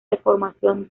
deformación